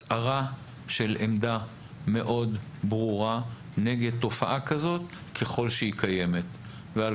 הצהרה של עמדה מאוד ברורה נגד תופעה כזאת ככל שהיא קיימת ואם היא קיימת.